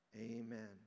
amen